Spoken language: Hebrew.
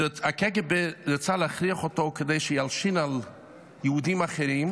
הקג"ב רצה להכריח אותו שילשין על יהודים אחרים,